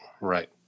Right